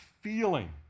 feeling